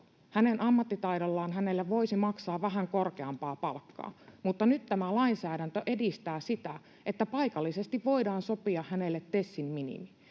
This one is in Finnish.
Hänen ammattitaidollaan hänelle voisi maksaa vähän korkeampaa palkkaa, mutta nyt tämä lainsäädäntö edistää sitä, että paikallisesti voidaan sopia hänelle TESin minimi.